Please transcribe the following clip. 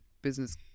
Business